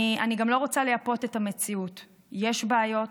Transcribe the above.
אני גם לא רוצה לייפות את המציאות, יש בעיות,